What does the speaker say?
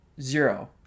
zero